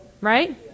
right